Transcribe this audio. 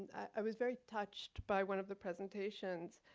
i was very touched by one of the presentations.